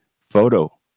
photo